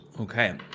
Okay